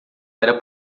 era